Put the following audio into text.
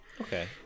okay